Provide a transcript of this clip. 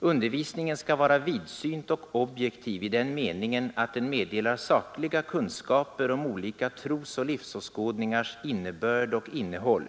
Undervisningen skall vara vidsynt och objektiv i den meningen, att den meddelar sakliga kunskaper om olika trosoch livsåskådningars innebörd och innehåll